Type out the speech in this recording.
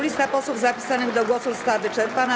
Lista posłów zapisanych do głosu została wyczerpana.